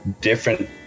different